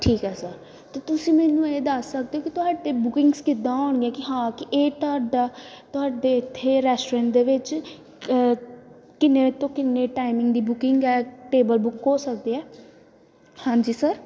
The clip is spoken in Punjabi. ਠੀਕ ਹੈ ਸਰ ਅਤੇ ਤੁਸੀਂ ਮੈਨੂੰ ਇਹ ਦੱਸ ਸਕਦੇ ਹੋ ਕਿ ਤੁਹਾਡੇ ਬੁਕਿੰਗਸ ਕਿੱਦਾਂ ਹੋਣਗੀਆਂ ਕਿ ਹਾਂ ਕਿ ਇਹ ਤੁਹਾਡਾ ਤੁਹਾਡੇ ਇੱਥੇ ਰੈਸਟੋਰੈਂਟ ਦੇ ਵਿੱਚ ਕਿੰਨੇ ਤੋਂ ਕਿੰਨੇ ਟਾਈਮਿੰਗ ਦੀ ਬੁਕਿੰਗ ਹੈ ਟੇਬਲ ਬੁੱਕ ਹੋ ਸਕਦੇ ਹੈ ਹਾਂਜੀ ਸਰ